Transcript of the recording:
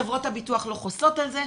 חברות הביטוח לא חוסות על זה,